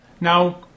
Now